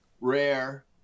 rare